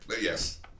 Yes